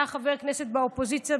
כשהיה חבר כנסת באופוזיציה,